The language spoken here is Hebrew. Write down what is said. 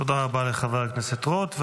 תודה רבה לחבר הכנסת רוט.